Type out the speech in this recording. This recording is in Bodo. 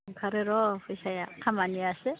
ओंखारो र' फैसाया खामानियासो